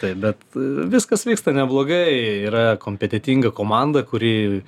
taip bet viskas vyksta neblogai yra kompetetinga komanda kuri